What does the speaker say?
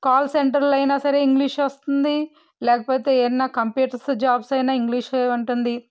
call సెంటర్లో అయినా సరే ఇంగ్లీషొస్తుంది లేకపోతే ఏమన్నా కంప్యూటర్స్ జాబ్స్ అయినా ఇంగ్లీష్లో ఉంటుంది